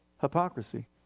Hypocrisy